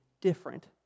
different